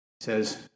Says